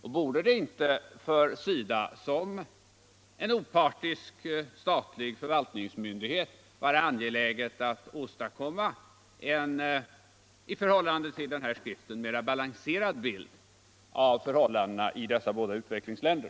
Borde det inte för SIDA som en opartisk statlig förvaltningsmyndighet vara angeläget att åstadkomma en i förhållande till denna skrift mera balanserad bild av förhållandena i dessa båda utvecklingsländer?